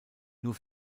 nur